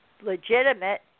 legitimate